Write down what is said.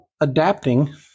adapting